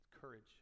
Courage